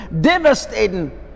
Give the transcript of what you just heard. devastating